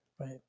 Right